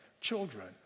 Children